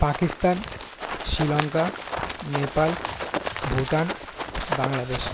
Pakistan Sri Lanka Nepal Bhutan Bangladesh